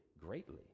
greatly